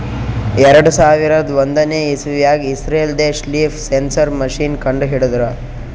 ಎರಡು ಸಾವಿರದ್ ಒಂದನೇ ಇಸವ್ಯಾಗ್ ಇಸ್ರೇಲ್ ದೇಶ್ ಲೀಫ್ ಸೆನ್ಸರ್ ಮಷೀನ್ ಕಂಡು ಹಿಡದ್ರ